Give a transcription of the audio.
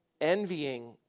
Envying